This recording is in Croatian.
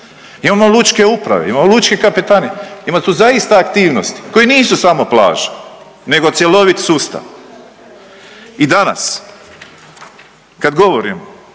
imamo lučke uprave, imamo lučke kapetanije ima tu zaista aktivnosti koje nisu samo plaže nego cjelovit sustav. I danas kad govorimo